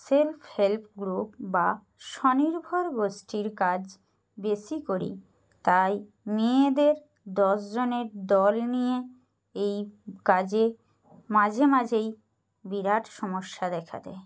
self help group বা স্বনির্ভর গোষ্ঠীর কাজ বেশি করি তাই মেয়েদের দশজনের দল নিয়ে এই কাজে মাঝে মাঝেই বিরাট সমস্যা দেখা দেয়